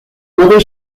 modu